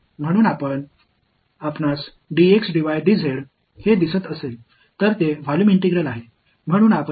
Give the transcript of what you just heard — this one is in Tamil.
எனவே நீங்கள் பார்த்தால் அது ஒரு வாள்யூம் இன்டெக்ரால்ஸ் என்று உங்களுக்குத் தெரியும்